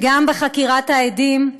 וגם בחקירת העדים,